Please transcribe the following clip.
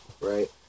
Right